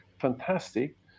fantastic